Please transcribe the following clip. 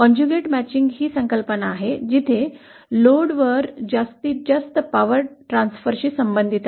conjugate matching ही एक संकल्पना आहे जिथे ते लोडवर जास्तीत जास्त पॉवर ट्रान्सफरशी संबंधित आहे